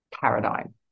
paradigm